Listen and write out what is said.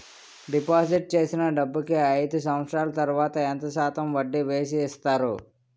Deposit చేసిన డబ్బుకి అయిదు సంవత్సరాల తర్వాత ఎంత శాతం వడ్డీ వేసి ఇస్తారు?